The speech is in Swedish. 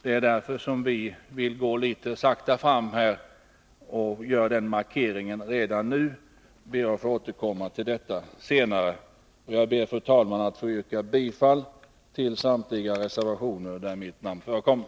Det är därför som vi vill gå litet sakta fram och gör den markeringen redan nu. Fru talman! Jag ber att få yrka bifall till samtliga reservationer vid detta betänkande där mitt namn förekommer.